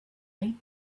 light